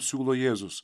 siūlo jėzus